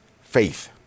faith